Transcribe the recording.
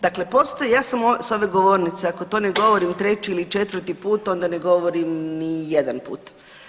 Dakle postoji, ja sam s ove govornice, ako to ne govorim treći ili četvrti put onda ne govorim ni jedan put.